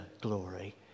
glory